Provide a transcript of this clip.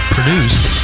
Produced